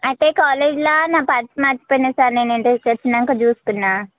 అంటే కాలేజ్లా నా పర్స్ మర్చిపోయినా సార్ నేను ఇంటికొచ్చినంక చూసుకున్నా